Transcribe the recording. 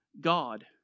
God